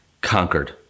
conquered